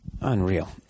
Unreal